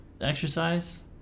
exercise